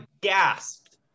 gasped